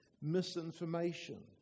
misinformation